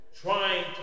trying